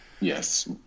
Yes